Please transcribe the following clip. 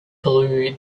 blew